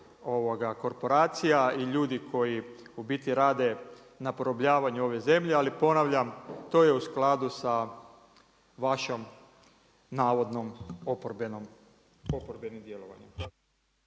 korporacija i ljudi koji u biti rade na porobljavanju ove zemlje ali ponavljam to je u skladu sa vašom navodnom oporbenom, oporbenim djelovanjem.